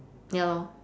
ya lor